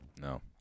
No